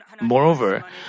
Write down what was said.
Moreover